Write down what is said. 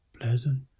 pleasant